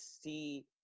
see